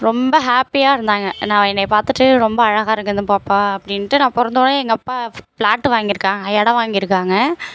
ரொம்ப ஹேப்பியாக இருந்தாங்க நான் என்னை பார்த்துட்டு ரொம்ப அழகாக இருக்குது இந்த பாப்பா அப்படின்ட்டு நான் பிறந்தோன்னே எங்கள் அப்பா ஃப் ஃப்ளாட்டு வாங்கியிருக்காங்க இடம் வாங்கியிருக்காங்க